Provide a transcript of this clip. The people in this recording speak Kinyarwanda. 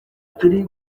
turi